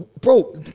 Bro